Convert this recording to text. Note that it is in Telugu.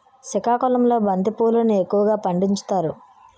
సికాకుళంలో బంతి పువ్వులును ఎక్కువగా పండించుతారు